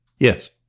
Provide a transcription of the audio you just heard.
Yes